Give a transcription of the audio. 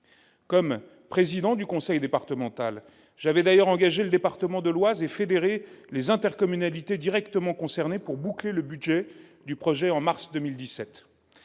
Comme président du conseil départemental, j'avais d'ailleurs engagé le département de l'Oise et fédéré les intercommunalités directement concernées pour boucler le budget du projet en mars 2017.